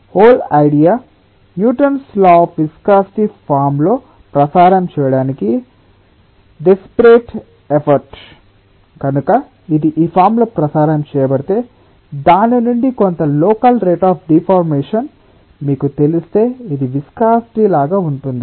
whole idea Newton's law of viscosity form లో ప్రసారం చేయడానికి డెస్పిరేట్ ఎఫర్ట్ కనుక ఇది ఈ ఫార్మ్ లో ప్రసారం చేయబడితే దాని నుండి కొంత లోకల్ రేట్ అఫ్ డిఫార్మెషన్ మీకు తెలిస్తే ఇది విస్కాసిటి లాగా ఉంటుంది